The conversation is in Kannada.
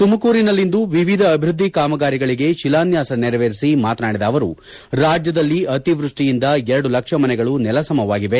ತುಮಕೂರಿನಲ್ಲಿಂದು ವಿವಿಧ ಅಭಿವೃದ್ಧಿ ಕಾಮಗಾರಿಗಳಿಗೆ ಶಿಲಾನ್ಯಾಸ ನೆರವೇರಿಸಿ ಮಾತನಾಡಿದ ಅವರು ರಾಜ್ಯದಲ್ಲಿ ಅತಿವೃಷ್ಠಿಯಿಂದ ಎರಡು ಲಕ್ಷ ಮನೆಗಳು ನೆಲಸಮವಾಗಿವೆ